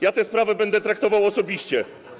Ja tę sprawę będę traktował osobiście.